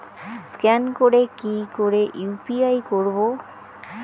Scan করে কি করে ইউ.পি.আই করবো?